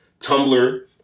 Tumblr